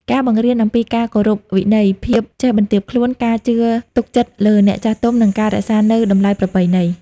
ការបង្រៀនអំពីការគោរពវិន័យ ភាពចេះបន្ទាបខ្លួន ការជឿទុកចិត្តលើអ្នកចាស់ទុំ និងការរក្សានូវតម្លៃប្រពៃណី។